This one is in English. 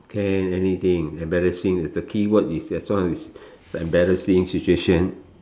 can anything embarrassing it's a keyword it's as long is embarrassing situation